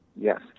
Yes